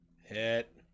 Hit